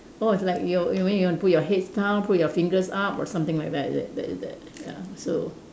orh it's like you you mean you want to put your head down put your fingers up or something like that is it is it is it ya so